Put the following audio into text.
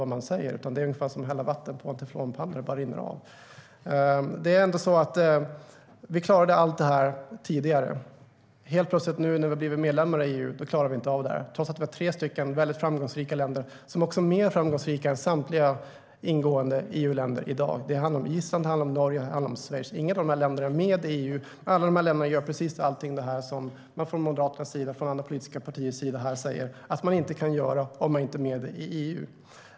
Det är som att hälla vatten på en teflonpanna; det bara rinner av. Vi klarade allt det här tidigare. Nu när vi har blivit medlemmar i EU klarar vi tydligen helt plötsligt inte av det. Trots allt har vi tre väldigt framgångsrika länder som inte är med i EU men som i dag är mer framgångsrika än samtliga EU-länder. Det handlar om Island, Norge och Schweiz. De gör alla precis allt det som Moderaterna och andra politiska partier säger att man inte kan göra om man inte är med i EU.